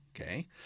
okay